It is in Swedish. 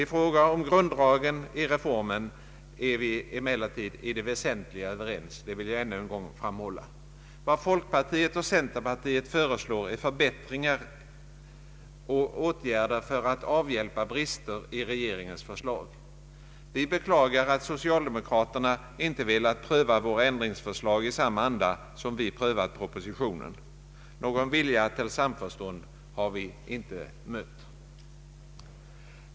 I fråga om grunddragen i reformen är vi emellertid i allt väsentligt överens, det vill jag än en gång framhålla. Vad folkpartiet och centerpartiet föreslår är förbättringar och åtgärder för att avhjälpa brister i regeringens förslag. Vi beklagar att socialdemokraterna inte velat pröva våra ändringsförslag i samma anda som vi prövat propositionen. Någon vilja till samförstånd har vi inte mött.